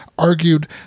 Argued